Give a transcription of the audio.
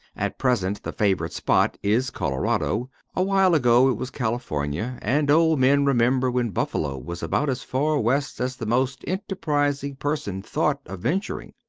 at present, the favorite spot is colorado awhile ago it was california and old men remember when buffalo was about as far west as the most enterprising person thought of venturing.